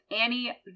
Annie